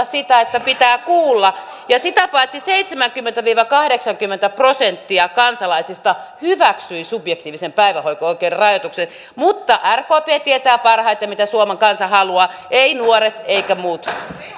sitä että pitää kuulla ja sitä paitsi seitsemänkymmentä viiva kahdeksankymmentä prosenttia kansalaisista hyväksyi subjektiivisen päivähoito oikeuden rajoituksen mutta rkp tietää parhaiten mitä suomen kansa haluaa eivät nuoret eivätkä muut